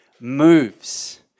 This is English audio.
moves